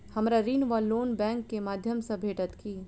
हमरा ऋण वा लोन बैंक केँ माध्यम सँ भेटत की?